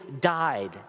died